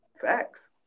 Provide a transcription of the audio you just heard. Facts